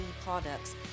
products